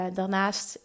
daarnaast